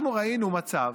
אנחנו ראינו מצב